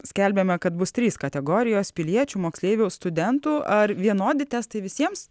skelbiama kad bus trys kategorijos piliečių moksleivių studentų ar vienodi testai visiems